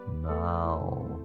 now